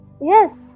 Yes